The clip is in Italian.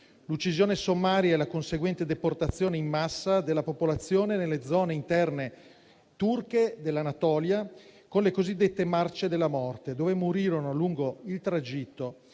l'uccisione sommaria e la conseguente deportazione in massa della popolazione nelle zone interne turche dell'Anatolia, con le cosiddette marce della morte, durante le quali, lungo il tragitto,